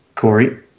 Corey